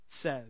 says